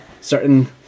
certain